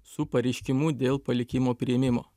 su pareiškimu dėl palikimo priėmimo